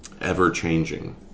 ever-changing